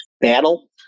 battle